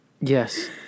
Yes